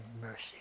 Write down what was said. mercy